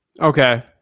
Okay